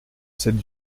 cette